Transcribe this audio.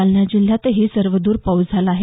जालना जिल्ह्यातही सर्वद्र पाऊस झाला आहे